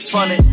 Funny